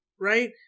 right